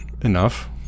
enough